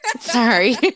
sorry